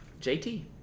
JT